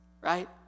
Right